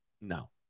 No